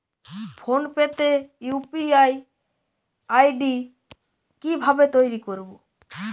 Phone pay তে UPI ID কি ভাবে তৈরি করবো?